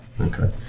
Okay